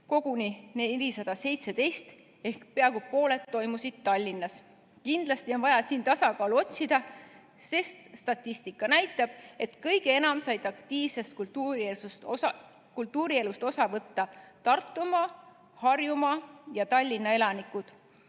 koguni 417 ehk peaaegu pooled toimusid Tallinnas. Kindlasti on vaja siin tasakaalu otsida, sest statistika näitab, et kõige enam said aktiivsest kultuurielust osa võtta Tartumaa ning Tallinna ja